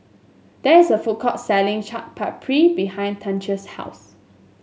there is a food court selling Chaat Papri behind Chante's house